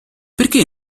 perché